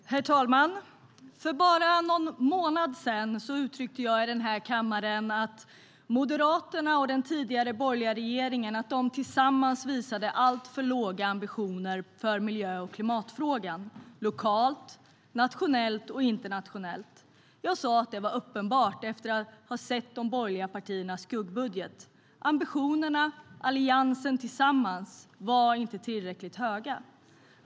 Herr talman! För bara någon månad sen uttryckte jag i denna kammare att Moderaterna och den tidigare borgerliga regeringen tillsammans visade alltför låga ambitioner i miljö och klimatfrågan, lokalt, nationellt och internationellt. Jag sa att det var uppenbart efter att ha sett de borgerliga partiernas skuggbudget. Ambitionerna hos Alliansen tillsammans var inte tillräckligt höga.